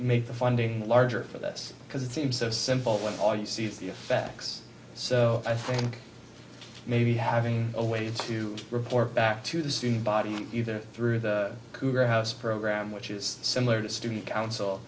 make the funding larger for this because it seems so simple when all you see the effects so i think maybe having a way to report back to the student body either through the cougar house program which is similar to student coun